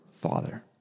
father